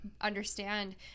understand